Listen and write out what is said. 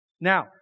Now